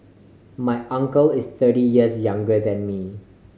my uncle is thirty years younger than me